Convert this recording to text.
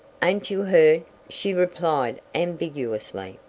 ain't you heard? she replied ambiguously.